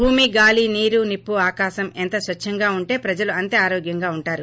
భూమి గాలి నీరు నిప్సు ఆకాశం ఎంత స్వచ్చంగా వుంటే ప్రజలు అంతే ఆరోగ్యంగా వుంటారు